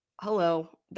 hello